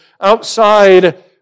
outside